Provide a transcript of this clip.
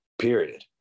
period